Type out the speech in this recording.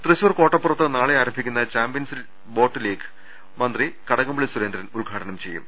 തൃശൂർ കോട്ടപ്പുറത്ത് നാളെ ആരംഭിക്കുന്ന ചാമ്പൃൻസ് ബോട്ട് ലീഗ് മന്ത്രി കടകംപള്ളി സുരേന്ദ്രൻ ഉദ്ഘാടനം ചെയ്യും